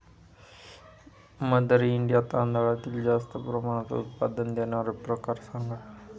mother India तांदळातील जास्त प्रमाणात उत्पादन देणारे प्रकार सांगा